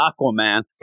Aquaman